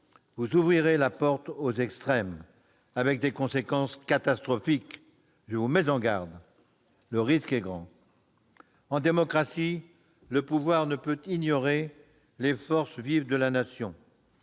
vous ouvrirez la porte aux extrêmes, avec des conséquences catastrophiques. Prenez garde, le risque est grand ! En démocratie, le pouvoir ne peut ignorer les forces vives de la Nation.